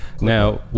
Now